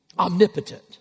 omnipotent